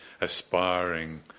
aspiring